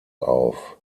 auf